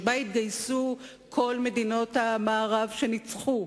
שבה התגייסו כל מדינות המערב שניצחו,